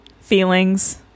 feelings